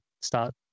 start